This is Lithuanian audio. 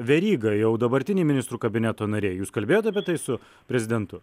veryga jau dabartiniai ministrų kabineto nariai jūs kalbėjot apie tai su prezidentu